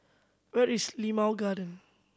where is Limau Garden